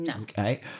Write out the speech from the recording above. Okay